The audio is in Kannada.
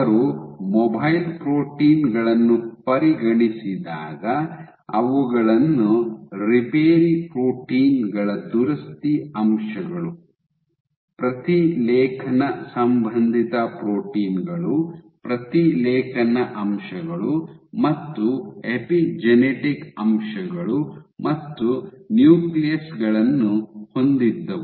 ಅವರು ಮೊಬೈಲ್ ಪ್ರೋಟೀನ್ ಗಳನ್ನು ಪರಿಗಣಿಸಿದಾಗ ಅವುಗಳು ರಿಪೇರಿ ಪ್ರೋಟೀನ್ ಗಳ ದುರಸ್ತಿ ಅಂಶಗಳು ಪ್ರತಿಲೇಖನ ಸಂಬಂಧಿತ ಪ್ರೋಟೀನ್ ಗಳು ಪ್ರತಿಲೇಖನ ಅಂಶಗಳು ಮತ್ತು ಎಪಿಜೆನೆಟಿಕ್ ಅಂಶಗಳು ಮತ್ತು ನ್ಯೂಕ್ಲಿಯಸ್ ಗಳನ್ನು ಹೊಂದಿದ್ದವು